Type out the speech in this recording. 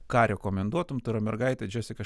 ką rekomenduotum tai yra mergaitė džesika